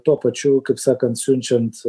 tuo pačiu kaip sakant siunčiant